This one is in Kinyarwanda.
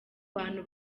bantu